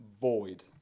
void